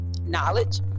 knowledge